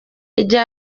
igihe